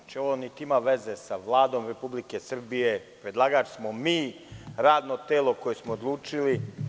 Ovo niti ima veze sa Vladom Republike Srbije, već smo predlagač mi, radno telo koje smo odlučili.